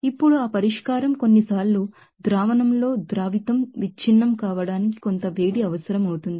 ఇప్పుడు ఆ పరిష్కారం కొన్నిసార్లు సాల్వెంట్ లో సోల్యూట్ విచ్ఛిన్నంబ్రేక్ కావడానికి కొంత వేడి అవసరం అవుతుంది